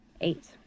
Eight